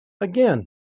Again